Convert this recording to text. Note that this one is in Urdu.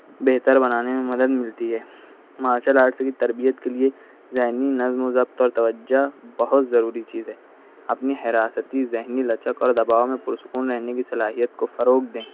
بہتر بنانے میں مدد ملتی ہے مارشل آرٹس صرف تربیت کے لیے ذہنی نظم و ضبط اور توجہ بہت ضروری چیز ہے اپنی حراستی ذہنی لچک اور دباؤ میں پرسکون صلاحیت کو فروغ دیں